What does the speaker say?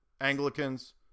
Anglicans